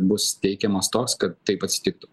bus teikiamas toks kad taip atsitiktų